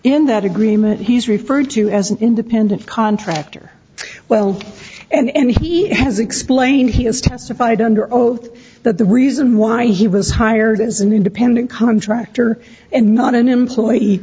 in that agreement he's referred to as an independent contractor well and he has explained he has testified under oath that the reason why he was hired as an independent contractor and not an employee